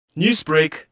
Newsbreak